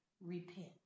repent